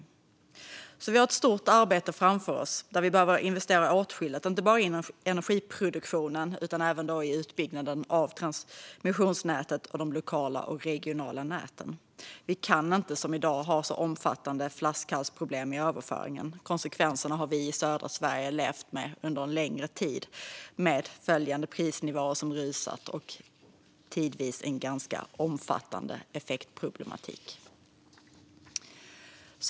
Vi har alltså ett stort arbete framför oss, där vi behöver investera åtskilligt inte bara inom energiproduktionen utan även i utbyggnaden av både transmissionsnätet och de lokala och regionala näten. Vi kan inte som i dag ha så omfattande flaskhalsproblem i överföringen. Konsekvenserna har vi i södra Sverige levt med under en längre tid med prisnivåer som rusat och tidvis en ganska omfattande effektproblematik.